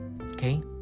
Okay